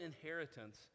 inheritance